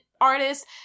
artists